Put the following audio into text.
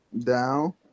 down